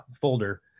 folder